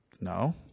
No